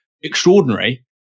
extraordinary